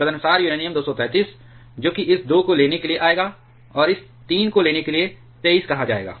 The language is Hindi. तदनुसार यूरेनियम 233 जो कि इस 2 को लेने के लिए आएगा और इस 3 को लेने के लिए 23 कहा जाएगा